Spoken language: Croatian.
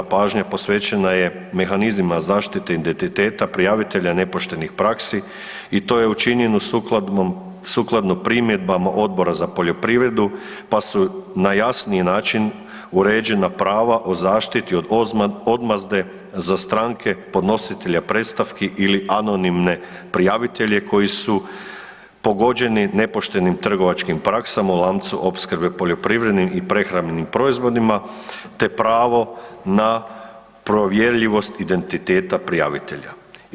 Osobita pažnja posvećena je mehanizmima zaštite identiteta prijavitelja nepoštenih praksi i to je učinjeno sukladno primjedbama Odbora za poljoprivredu pa su na jasniji način uređena prava o zaštiti od odmazde za stranke podnositelja predstavki ili anonimne prijavitelje koji su pogođeni nepoštenim trgovačkim praksama u lancu opskrbe poljoprivrednim i prehrambenim proizvodima te pravo na provjerljivost identiteta prijavitelja.